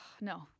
No